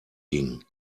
ging